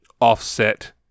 offset